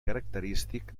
característic